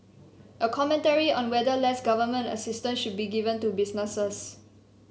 a commentary on the whether less government assistance should be given to businesses